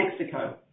Mexico